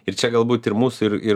ir čia galbūt ir mūsų ir ir